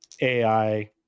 AI